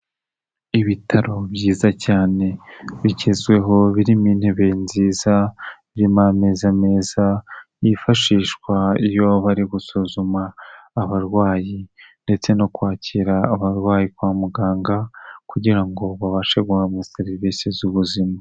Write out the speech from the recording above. Ibitaro byiza cyane bigezweho, birimo intebe nziza, birimo amezi meza yifashishwa iyo bari gusuzuma abarwayi ndetse no kwakira abarwayi kwa muganga, kugira ngo babashe guhabwa serivisi z'ubuzima.